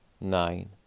nine